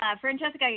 Francesca